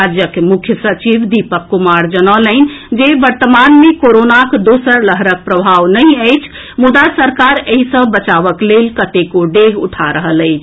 राज्यक मुख्य सचिव दीपक कुमार जनौलनि जे वर्तमान मे कोरोनाक दोसर लहरक प्रभाव नहि अछि मुदा सरकार एहि सँ बचावक लेल कतेको डेग उठा रहल अछि